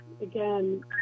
again